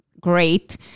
great